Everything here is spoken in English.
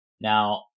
Now